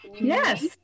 yes